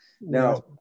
Now